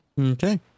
Okay